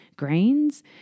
Grains